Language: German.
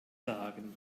sagen